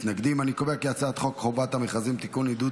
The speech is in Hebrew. להעביר את הצעת חוק חובת המכרזים (תיקון עידוד